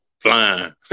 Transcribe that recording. flying